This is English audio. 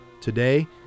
Today